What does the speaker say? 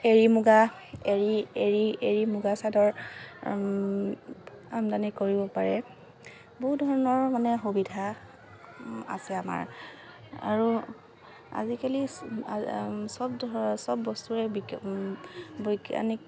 এৰী মুগা চাদৰ আমদানী কৰিব পাৰে বহু ধৰণৰ মানে সুবিধা আছে আমাৰ আৰু আজিকালি চব ধৰক চব বস্তুৰে বৈজ্ঞানিক